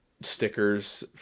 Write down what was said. stickers